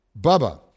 Bubba